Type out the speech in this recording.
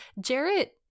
Jarrett